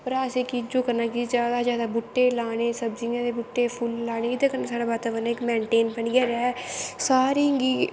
पर असैं केह् करना जादा सा जादा बूह्टे लाने सब्जियें दे बूह्टे फुल्ल लाने एह्दै कन्नै साढ़ा बाताबरन इक मैंटेन बनियै रैह् सारें गी